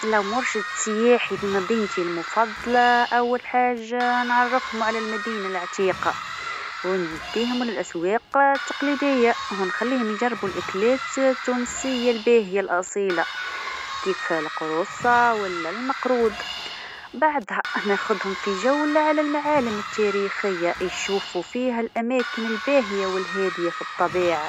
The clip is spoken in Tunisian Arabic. لو مرشد سياحي لمدينتي المفضله أول حاجه نعرفهم على المدينه العتيقه و نهزهم للأسواق التقليديه و نخليهم يجربو الأكلات التونسيه الباهيه الأصيله، كيف القروصه ولا المقروض، بعد نهزهم في جوله للمعالم التاريخيه يشوفو فيها الأماكن الباهيه والهاديه في الطبيعه.